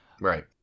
right